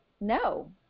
no